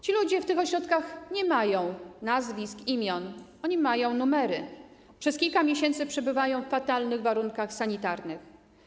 Ci ludzie w tych ośrodkach nie mają nazwisk, imion, oni mają numery, przez kilka miesięcy przebywają w fatalnych warunkach sanitarnych.